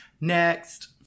Next